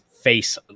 Face